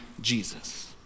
Jesus